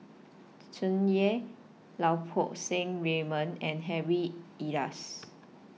Tsung Yeh Lau Poo Seng Raymond and Harry Elias